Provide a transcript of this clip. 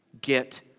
Get